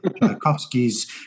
Tchaikovsky's